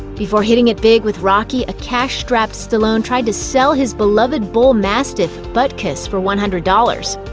before hitting it big with rocky, a cash-strapped stallone tried to sell his beloved bull mastiff, butkus, for one hundred dollars.